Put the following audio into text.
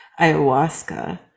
ayahuasca